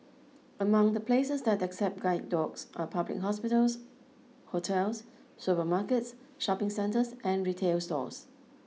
among the places that accept guide dogs are public hospitals hotels supermarkets shopping centres and retail stores